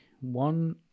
one